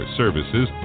services